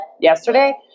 yesterday